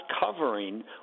covering